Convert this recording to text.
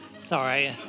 sorry